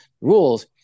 rules